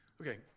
Okay